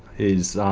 is